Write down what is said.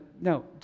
no